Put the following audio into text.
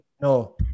No